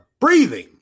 breathing